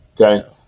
Okay